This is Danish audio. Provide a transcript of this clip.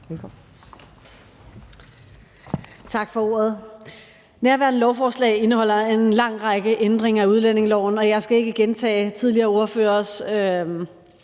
Tak for ordet. Nærværende lovforslag indeholder en lang række ændringer af udlændingeloven, og jeg skal ikke gentage tidligere ordføreres